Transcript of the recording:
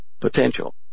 potential